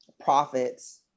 profits